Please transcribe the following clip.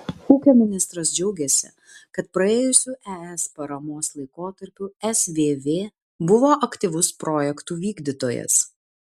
ūkio ministras džiaugėsi kad praėjusiu es paramos laikotarpiu svv buvo aktyvus projektų vykdytojas